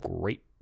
great